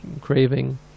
craving